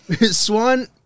Swan